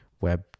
web